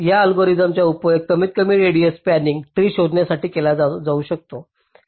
या अल्गोरिदमचा उपयोग कमीतकमी रेडिएस स्पॅनिंग ट्री शोधण्यासाठी केला जाऊ शकतो